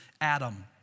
Adam